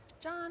John